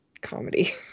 comedy